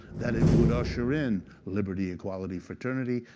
that it would usher in liberty, equality, fraternity,